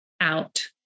out